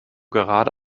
gerade